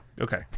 okay